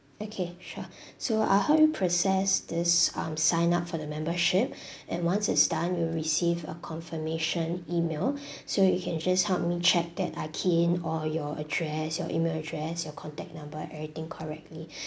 okay sure so I help you process this um sign up for the membership and once it's done you'll receive a confirmation email so you can just help me check that I key in all your address your email address your contact number everything correctly